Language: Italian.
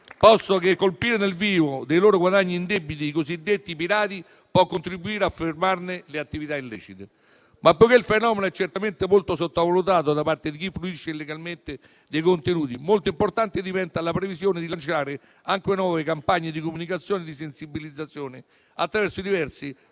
posto che, colpire nel vivo dei loro guadagni indebiti i cosiddetti pirati può contribuire a fermarne le attività illecite. Ma poiché il fenomeno è certamente molto sottovalutato da parte di chi fruisce illegalmente dei contenuti, molto importante diventa la previsione di lanciare anche nuove campagne di comunicazione e di sensibilizzazione attraverso diverse